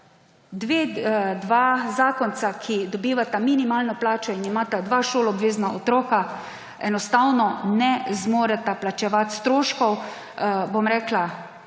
Dva zakonca, ki dobivata minimalno plačo in imata dva šoloobvezna otroka, enostavno ne zmoreta plačevati stroškov te